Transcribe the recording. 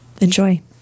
enjoy